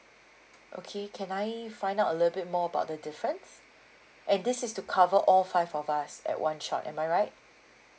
okay can I find out a little bit more about the difference and this is to cover all five of us at one shot am I right